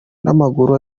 n’amaguru